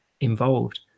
involved